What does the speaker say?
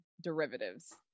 derivatives